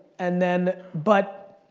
and then, but.